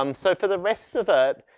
um so for the rest of ah it